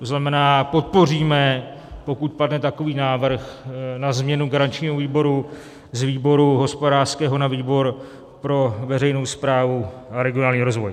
To znamená, podpoříme, pokud padne, takový návrh na změnu garančního výboru z výboru hospodářského na výbor pro veřejnou správu a regionální rozvoj.